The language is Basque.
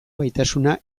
gaitasuna